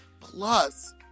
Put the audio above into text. Plus